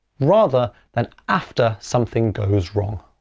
rather than after something goes wrong.